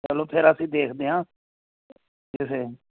ਚਲੋ ਫਿਰ ਅਸੀਂ ਦੇਖਦੇ ਹਾਂ ਕਿਸੇ